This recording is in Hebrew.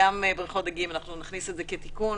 נכניס את זה כתיקון.